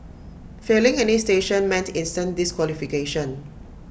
failing any station meant instant disqualification